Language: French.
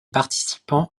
participants